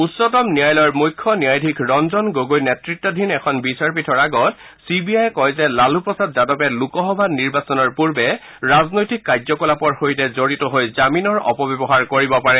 উচ্চতম ন্যায়ালয়ৰ মুখ্য ন্যায়াধীশ ৰঞ্জন গগৈ নেত়ত্বাধীন এখন বিচাৰপীঠৰ আগত চিবিআইয়ে কয় যে লালু প্ৰসাদ যাদৱে লোকসভা নিৰ্বাচনৰ পূৰ্বে ৰাজনৈতিক কাৰ্যকলাপৰ সৈতে জড়িত হৈ জামীনৰ অপব্যৱহাৰ কৰিব পাৰে